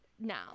now